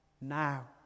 now